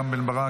רם בן ברק,